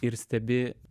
ir stebi